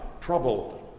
Troubled